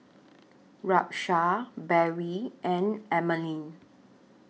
Rashaan Barrie and Emeline